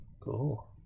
Cool